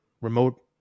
remote